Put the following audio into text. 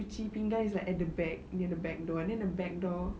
cuci pinggan is at the back near the back door then the back door